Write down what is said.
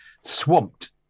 swamped